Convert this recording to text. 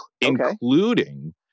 including